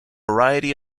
variety